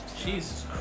Jesus